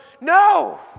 No